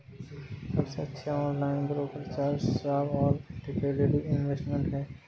सबसे अच्छे online broker Charles Schwab और फिडेलिटी इन्वेस्टमेंट हैं